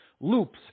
loops